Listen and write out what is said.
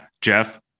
Jeff